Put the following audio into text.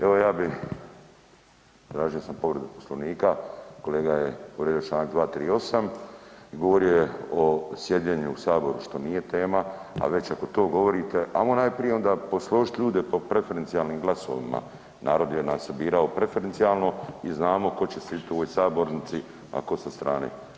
Evo ja bi, tražio sam povredu Poslovnika, kolega je povrijedio čl. 238. govorio je o sjedenju u saboru što nije tema, a već ako to govorite ajmo najprije onda posložit ljude po preferencijalnim glasovima, narod je nas birao preferencijalno i znamo ko će sidit u ovoj sabornici, a ko sa strane.